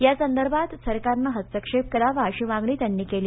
यासंदर्भात सरकारनं हस्तक्षेप करावा अशी मागणी त्यांनी केली